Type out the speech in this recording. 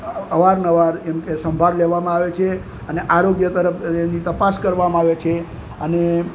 અવારનવાર એમ કે સંભાળ લેવામાં આવે છે અને આરોગ્ય તરફ એની તપાસ કરવામાં આવે છે અને